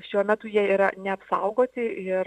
šiuo metu jie yra neapsaugoti ir